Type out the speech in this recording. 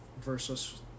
versus